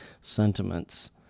sentiments